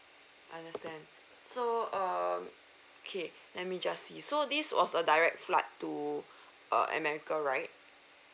understand so err okay let me just see so this was a direct flight to uh america right